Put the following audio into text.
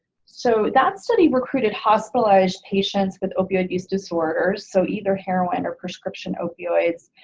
so that study recruited hospitalized patients with opioid use disorders, so either heroin or prescription opioids,